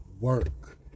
work